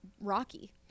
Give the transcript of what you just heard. rocky